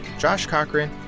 josh cochran,